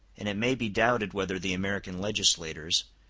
and it may be doubted whether the american legislators,